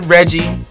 Reggie